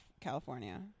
california